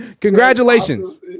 congratulations